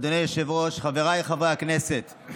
אדוני היושב-ראש, חבריי חברי הכנסת,